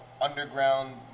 underground